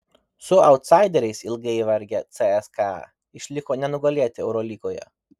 su autsaideriais ilgai vargę cska išliko nenugalėti eurolygoje